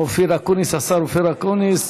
אופיר אקוניס,